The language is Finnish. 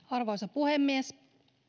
arvoisa puhemies